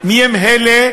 מי הם אלה,